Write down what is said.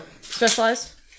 Specialized